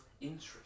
interest